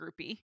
groupie